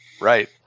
Right